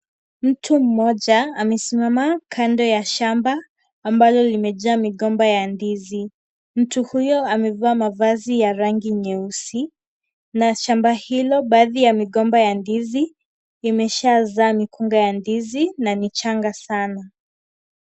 Mtu mmoja amesimama kando ya shamba. Ambalo limejaa migomba ya ndizi. Mtu huyo amevaa mavazi ya rangi nyeusi. Na shamba hilo baadhi ya migomba ya ndizi imeshazaa mikunga ya ndizi na ni changa sana.